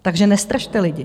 Takže nestrašte lidi.